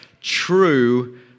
true